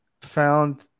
found